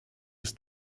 des